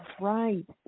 right